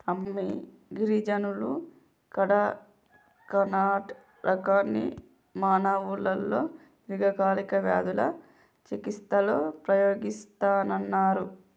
అమ్మి గిరిజనులు కడకనట్ రకాన్ని మానవులలో దీర్ఘకాలిక వ్యాధుల చికిస్తలో ఉపయోగిస్తన్నరు